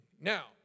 Now